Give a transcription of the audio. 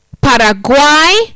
Paraguay